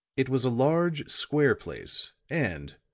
it was a large, square place, and,